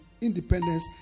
independence